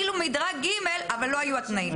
היה מדרג ג', אבל לא היו התנאים למדרג ג'.